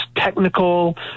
technical